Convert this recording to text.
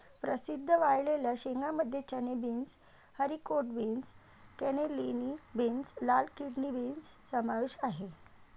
प्रसिद्ध वाळलेल्या शेंगांमध्ये चणे, beans, haricot beans, cannellini beans, लाल किडनी बीन्स समावेश आहे